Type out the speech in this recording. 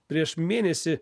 prieš mėnesį